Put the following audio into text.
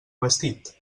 vestit